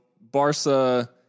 Barca